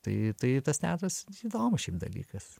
tai tai tas teatras įdomus šiaip dalykas